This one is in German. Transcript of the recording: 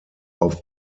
auf